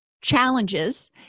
challenges